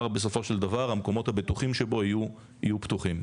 בסופו של דבר המקומות הבטוחים שבהר יהיו פתוחים.